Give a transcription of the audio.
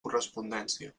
correspondència